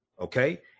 Okay